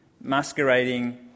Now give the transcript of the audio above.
masquerading